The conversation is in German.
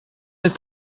ist